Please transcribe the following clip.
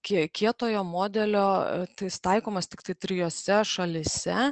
kie kietojo modelio tai jis taikomas tiktai trijose šalyse